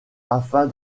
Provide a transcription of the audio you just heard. afin